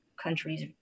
countries